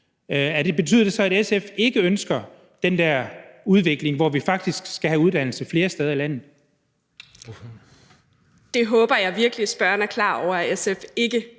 betyder det så, at SF ikke ønsker den der udvikling, hvor vi faktisk skal have uddannelse flere steder i landet? Kl. 18:28 Astrid Carøe (SF): Jeg håber virkelig, at spørgeren er klar over, at SF er